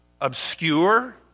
obscure